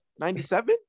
97